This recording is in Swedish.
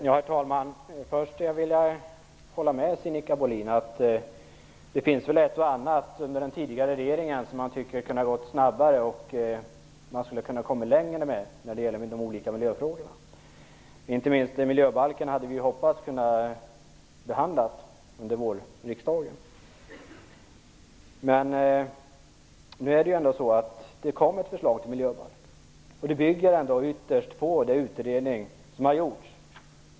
Herr talman! Först vill jag hålla med Sinikka Bohlin om att det finns ett och annat under den tidigare regeringen som borde ha gått snabbare och som man borde kommit längre med i de olika miljöfrågorna. Vi hade hoppats att kunna behandla miljöbalken under vårriksdagen. Men det kom ändå ett förslag till miljöbalk. Det bygger ytterst på den utredning som har gjorts.